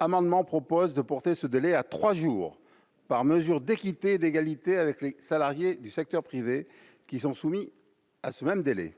un amendement propose de porter ce délai à 3 jours par mesure d'équité, d'égalité avec les salariés du secteur privé qui sont soumis à ce même délai